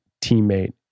teammate